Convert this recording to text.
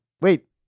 Wait